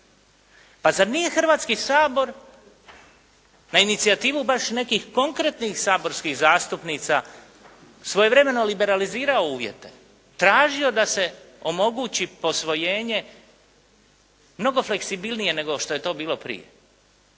Pa zar nije Hrvatski sabor na inicijativu baš nekih konkretnih saborskih zastupnica svojevremeno liberalizirao uvjete, tražio da se omogući posvojenje mnogo fleksibilnije nego što je to bilo prije.